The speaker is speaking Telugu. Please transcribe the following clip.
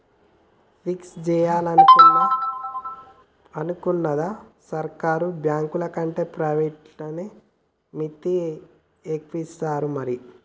ఫిక్స్ జేయాలనుందా, సర్కారు బాంకులకంటే ప్రైవేట్లనే మిత్తి ఎక్కువిత్తరు మరి